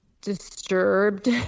disturbed